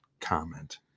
comment